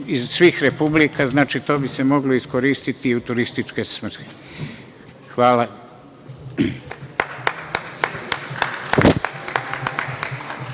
iz svih republika, znači to bi se moglo iskoristiti i u turističke svrhe. Hvala.